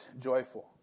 joyful